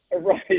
Right